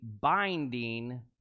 binding